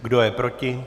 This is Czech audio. Kdo je proti?